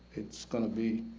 it's going to be